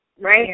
right